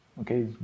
okay